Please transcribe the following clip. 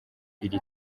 iri